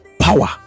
power